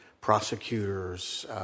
prosecutors